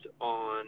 on